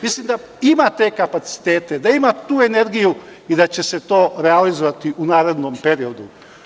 Mislim da ima te kapacitete, da ima tu energiju i da će se to realizovati u narednom periodu.